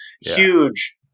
Huge